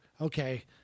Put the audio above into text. okay